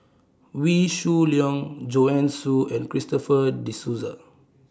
Wee Shoo Leong Joanne Soo and Christopher De Souza